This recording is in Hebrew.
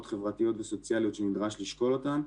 חברתיות וסוציאליות שנשרד לשקול אותן.